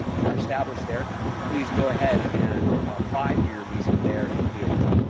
and are established there, then please go ahead and apply for your visa there in vietnam.